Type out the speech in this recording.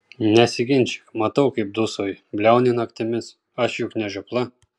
nesiginčyk matau kaip dūsauji bliauni naktimis aš juk ne žiopla